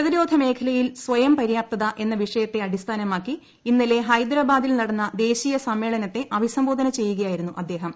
പ്രതിരോധ മേഖലയിൽ സ്വയം പര്യാപ്തത എന്ന വിഷയത്തെ അടിസ്ഥാന മാക്കി ഇന്നലെ ഹൈദരാബാദിൽ നടന്ന ദേശീയ സമ്മേളനത്തെ അഭിസംബോധന ചെയ്യുകയായിരുന്നു അദ്ദേഹം